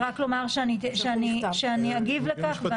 לא, רק לומר שאני אגיב לכך.